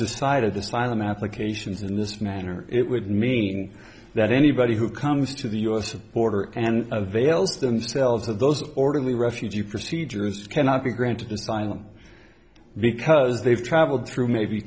decided to sign them applications in this manner it would mean that anybody who comes to the u s border and avails themselves of those orderly refugee procedures cannot be granted asylum because they've traveled through maybe